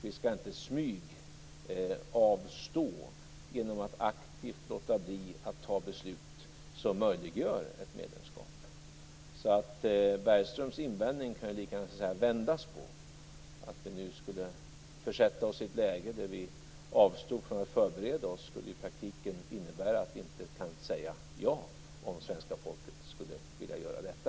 Vi skall inte smygavstå genom att aktivt låta bli att ta beslut som möjliggör ett medlemskap. Man kan alltså lika gärna vända på Bergströms invändning. Om vi nu skulle försätta oss i ett läge där vi avstod från att förbereda oss, skulle det i praktiken innebära att vi inte kan säga ja, om svenska folket så småningom skulle vilja göra detta.